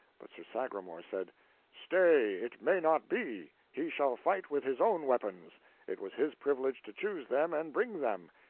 but sir sagramor said stay, it may not be. he shall fight with his own weapons it was his privilege to choose them and bring them.